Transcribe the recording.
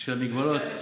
של המגבלות,